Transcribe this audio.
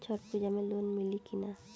छठ पूजा मे लोन मिली की ना?